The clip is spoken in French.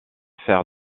faire